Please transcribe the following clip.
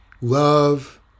love